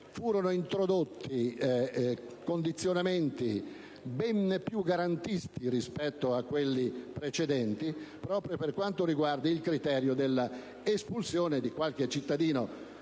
furono introdotti condizionamenti ben più garantisti rispetto a quelli precedenti, proprio per quanto riguarda il criterio dell'espulsione di qualche immigrato